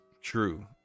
true